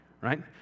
right